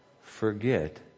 forget